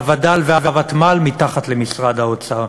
הווד"ל והוותמ"ל תחת משרד האוצר.